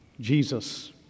Jesus